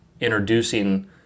introducing